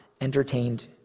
entertained